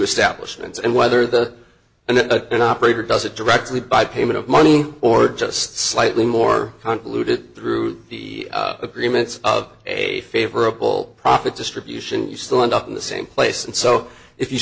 establishment and whether that and an operator does it directly by payment of money or just slightly more convoluted through the agreements of a favorable profit distribution you still end up in the same place and so if you